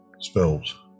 spells